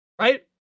Right